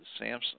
Samsung